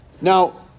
Now